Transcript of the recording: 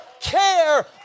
care